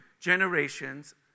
generations